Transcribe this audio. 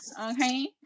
okay